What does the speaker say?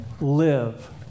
Live